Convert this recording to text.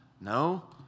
No